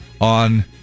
on